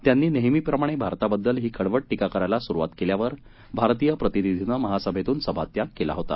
त्यांनी नेहमीप्रमाणे भारताबद्दल ही कडवट टीका करायला सुरुवात केल्यावर भारतीय प्रतिनिधीनं महासाभेतून सभात्याग केला होता